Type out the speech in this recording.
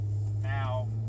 Now